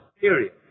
period